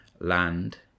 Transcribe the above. land